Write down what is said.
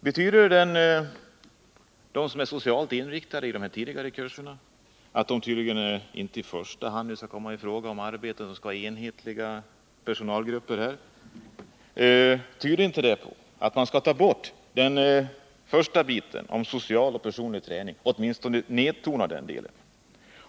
Betyder det att de socialt inriktade i de tidigare kurserna inte i första hand kommer i fråga för arbete, utan att det skall vara enhetliga personalgrupper? Tyder inte detta på att man tänker ta bort den första biten, om social och personlig träning, eller åtminstone nedtona den delen?